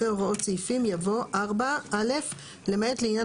אחרי "הוראות סעיפים" יבוא "4א - למעט לעניין